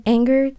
Anger